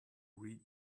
read